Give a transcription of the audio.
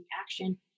action